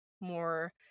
more